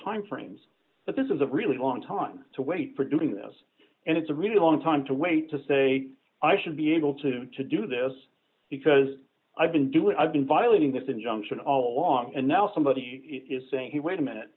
time frames but this is a really long time to wait for doing this and it's a really long time to wait to say i should be able to to do this because i've been doing i've been violating this injunction all d along and now somebody is saying he wait a minute